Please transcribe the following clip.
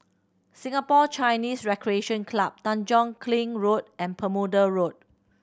Singapore Chinese Recreation Club Tanjong Kling Road and Bermuda Road